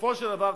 שבסופו של דבר,